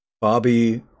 Bobby